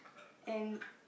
and